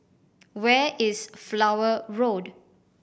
where is Flower Road